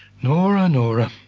nora, nora,